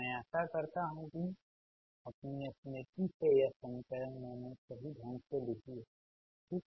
मैं आशा करता हूँ कि अपनी स्मृति से यह समीकरण मैंने सही ढंग से लिखी है ठीक